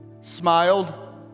smiled